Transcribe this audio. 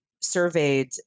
surveyed